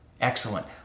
Excellent